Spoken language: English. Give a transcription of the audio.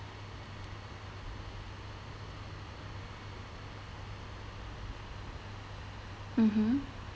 mmhmm